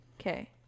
Okay